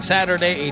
Saturday